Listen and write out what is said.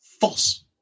false